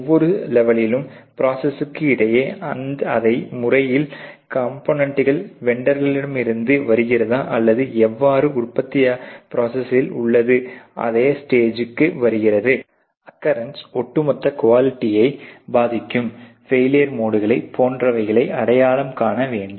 ஒவ்வொரு லெவெலிலும் ப்ரோசஸ்க்கு இடையில் அதே முறையில் காம்போனென்ட்கள் வெண்டோர்களிடம் இருந்து வருகிறதா அல்லது எவ்வாறு உற்பத்தியாகி ப்ரோசஸில் உள்ள அதே ஸ்டேஜுக்கு வருகிறது அக்கரன்ஸின் ஒட்டுமொத்த குவாலிட்டியை பாதிக்கும் ஃபெயிலியர் மோடுகளை போன்றவைகளை அடையாளம் காண வேண்டும்